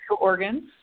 organs